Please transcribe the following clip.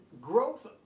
growth